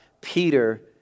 Peter